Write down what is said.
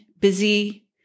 busy